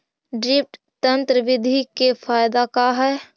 Drip तन्त्र बिधि के फायदा का है?